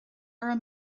raibh